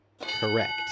Correct